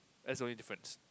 that's the only difference